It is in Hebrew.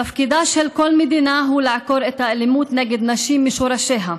תפקידה של כל מדינה הוא לעקור את האלימות נגד נשים משורשיה,